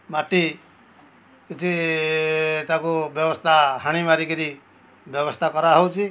ମାଟି କିଛି ତାକୁ ବ୍ୟବସ୍ଥା ହାଣି ମାରି କିରି ବ୍ୟବସ୍ଥା କରାହେଉଛି